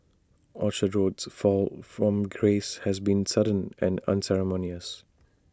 Orchard Road's fall from grace has been sudden and unceremonious